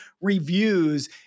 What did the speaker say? reviews